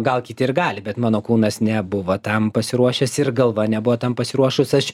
gal kiti ir gali bet mano kūnas nebuvo tam pasiruošęs ir galva nebuvo tam pasiruošus aš